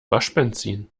waschbenzin